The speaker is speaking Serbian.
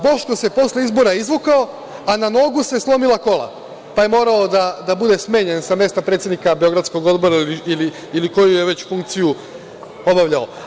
Boško se posle izbora izvukao, na Nogu se slomila kola, pa je morao da bude smenjen sa mesta predsednika beogradskog odbora ili koju je već funkciju obavljao.